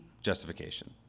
justification